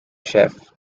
chief